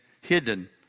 hidden